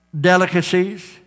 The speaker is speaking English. delicacies